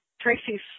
Tracy's